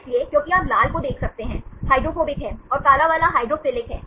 इसलिए क्योंकि आप लाल को देख सकते हैं हाइड्रोफोबिक है और काला वाला हाइड्रोफिलिक है